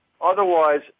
otherwise